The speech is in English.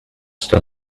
still